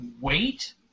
wait